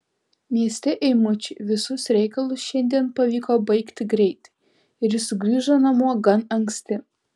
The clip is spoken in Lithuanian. mieste eimučiui visus reikalus šiandien pavyko baigti greitai ir jis sugrįžo namo gan anksti